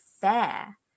fair